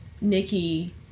Nikki